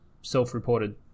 self-reported